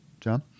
John